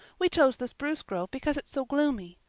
we chose the spruce grove because it's so gloomy.